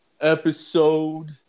episode